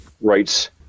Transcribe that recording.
rights